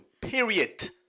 period